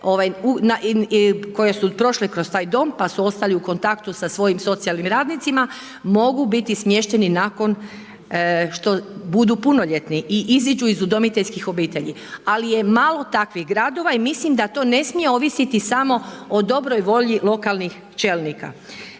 koja su prošla kroz taj dom, pa su ostali u kontaktu sa svojim socijalnim radnicima, mogu biti smješteni nakon što budu punoljetni i izađu iz udomiteljskih obitelji. Ali je malo takvih gradova i mislim da to ne smije ovisiti samo o dobroj volji lokalnih čelnika.